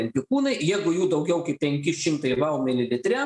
antikūnai jeigu jų daugiau kaip penki šimtai bau mililitre